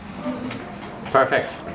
Perfect